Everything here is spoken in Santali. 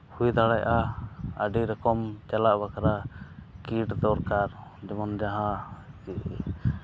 ᱦᱩᱭ ᱫᱟᱲᱮᱭᱟᱜᱼᱟ ᱟᱹᱰᱤ ᱨᱚᱠᱚᱢ ᱪᱟᱞᱟᱜ ᱵᱟᱠᱷᱨᱟ ᱠᱤᱴ ᱫᱚᱨᱠᱟᱨ ᱡᱮᱢᱚᱱ ᱡᱟᱦᱟᱸ